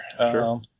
Sure